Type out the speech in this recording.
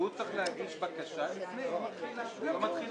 צריך להגיש בקשה לפני יום התחילה.